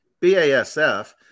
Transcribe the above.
BASF